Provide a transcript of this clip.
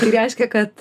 tai reiškia kad